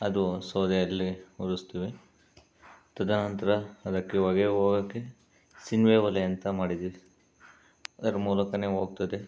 ಅದು ಸೌದೆಯಲ್ಲಿ ಉರಿಸ್ತೀವಿ ತದನಂತರ ಅದಕ್ಕೆ ಒಗೆ ಹೋಗೋಕ್ಕೆ ಸೀಮೆ ಒಲೆ ಅಂತ ಮಾಡಿದ್ದೀವಿ ಅದರ ಮೂಲಕವೇ ಹೋಗ್ತದೆ